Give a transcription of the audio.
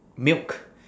milk